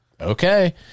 okay